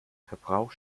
verbrauch